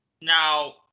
now